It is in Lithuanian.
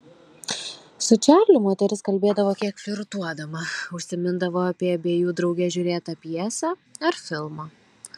su čarliu moteris kalbėdavo kiek flirtuodama užsimindavo apie abiejų drauge žiūrėtą pjesę ar filmą